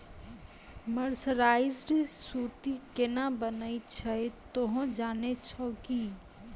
mercerised सूती केना बनै छै तोहों जाने छौ कि